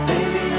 Baby